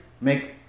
make